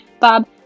Bob